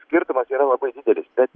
skirtumas yra labai didelis bet